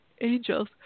angels